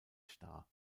star